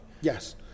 Yes